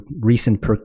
recent